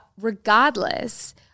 regardless